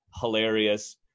hilarious